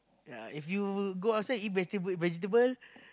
ya if you go outside eat vegetable vegetable